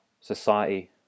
society